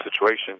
situation